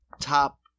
top